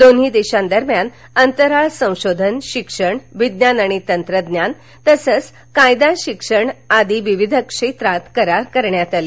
दोन्ही देशांदरम्यान अंतराळ संशोधन शिक्षण विज्ञान आणि तंत्रज्ञान तसंच कायदा शिक्षण आदी विविध क्षेत्रात करार करण्यात आले